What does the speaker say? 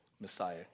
Messiah